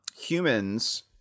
Humans